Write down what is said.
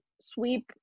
Sweep